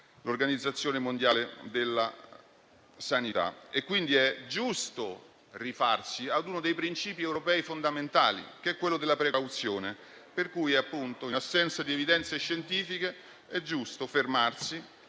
l'Organizzazione mondiale della sanità e la FAO. È giusto quindi rifarsi a uno dei principi europei fondamentali, che è quello della precauzione, per cui in assenza di evidenze scientifiche è giusto fermarsi,